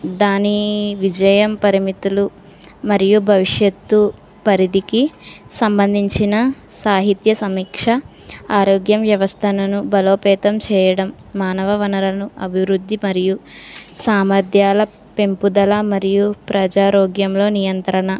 దాని విజయ పరిమితులు మరియు భవిష్యత్తు పరిధికి సంబంధించిన సాహిత్య సమీక్ష ఆరోగ్యం వ్యవస్థలను బలోపేతం చేయడం మానవ వనరులను అభివృద్ధి మరియు సామర్ధ్యాల పెంపుదల మరియు ప్రజారోగ్యంలో నియంత్రణ